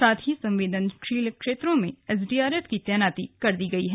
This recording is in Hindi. साथ ही संवेदनशील क्षेत्रों में एसडीआरएफ की तैनाती की गई है